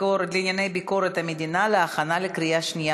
לענייני ביקורת המדינה נתקבלה.